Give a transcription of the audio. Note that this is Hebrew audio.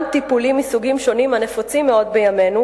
טיפולים מסוגים שונים הנפוצים מאוד בימינו,